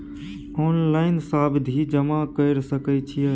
Online सावधि जमा कर सके छिये?